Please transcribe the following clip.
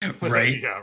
right